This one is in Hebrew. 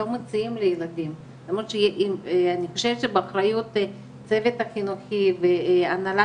לא מציעים לילדים למרות שאני חושבת שבאחריות צוות החינוכי וההנהלה